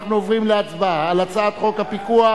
אנחנו עוברים להצבעה על הצעת חוק הפיקוח